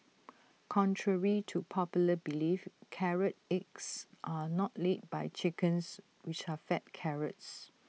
contrary to popular belief carrot eggs are not laid by chickens which are fed carrots